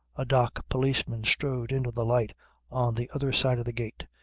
a dock policeman strode into the light on the other side of the gate,